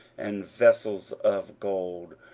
and vessels of gold,